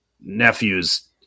nephew's